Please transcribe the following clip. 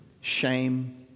shame